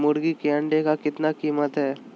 मुर्गी के अंडे का कीमत कितना है?